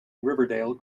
riverdale